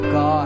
God